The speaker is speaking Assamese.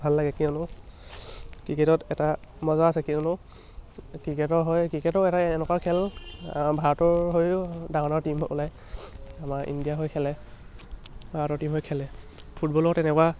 ভাল লাগে কিয়নো ক্ৰিকেটত এটা মজা আছে কিয়নো ক্ৰিকেটৰ হৈ ক্ৰিকেটো এটা এনেকুৱা খেল ভাৰতৰ হৈও ডাঙৰ ডাঙৰ টীম ওলায় আমাৰ ইণ্ডিয়া হৈ খেলে ভাৰতৰ টীম হৈ খেলে ফুটবলো তেনেকুৱা